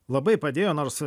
labai padėjo nors